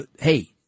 hey